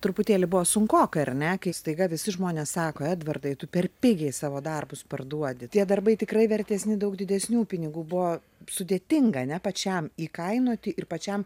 truputėlį buvo sunkoka ar ne kai staiga visi žmonės sako edvardai tu per pigiai savo darbus parduodi tie darbai tikrai vertesni daug didesnių pinigų buvo sudėtinga ar ne pačiam įkainoti ir pačiam